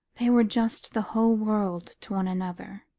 they were just the whole world to one another,